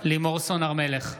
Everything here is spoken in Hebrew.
לימור סון הר מלך,